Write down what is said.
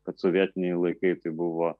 kad sovietiniai laikai tai buvo